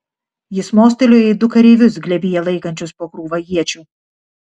jis mostelėjo į du kareivius glėbyje laikančius po krūvą iečių